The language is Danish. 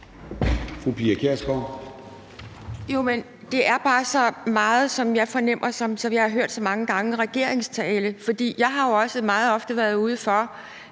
det er bare så meget, sådan som jeg fornemmer det, og som jeg har hørt så mange gange, en regerings tale. For jeg har jo også meget ofte været ude for